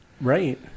Right